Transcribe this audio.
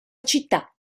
città